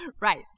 Right